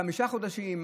חמישה חודשים,